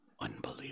Unbelievable